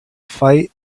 fight